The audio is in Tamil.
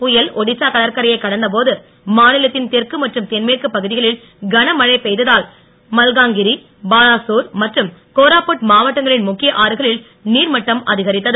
புயல் ஒடிசா கடற்கரையை கடந்தபோது மாநிலத்தின் தெற்கு மற்றும் தென்மேற்குப் பகுதிகளில் கனமழை பெய்ததால் மல்காங்கிரி பாலாசோர் மற்றும் கோராபுட் மாவட்டங்களின் முக்கிய ஆறுகளில் நீர்மட்டம் அதிகரித்தது